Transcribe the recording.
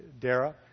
Dara